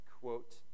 quote